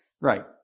Right